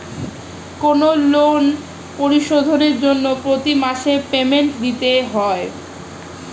কোনো লোন পরিশোধের জন্য প্রতি মাসে পেমেন্ট দিতে হয়